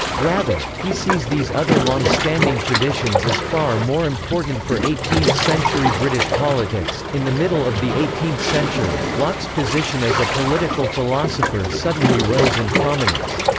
rather, he sees these other long-standing traditions as far more important for eighteenth century british politics in the middle of the eighteenth century, locke's position as a political philosopher suddenly rose in prominence.